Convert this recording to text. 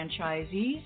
franchisees